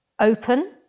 open